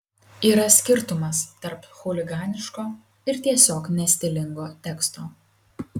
yra skirtumas tarp chuliganiško ir tiesiog nestilingo teksto